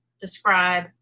describe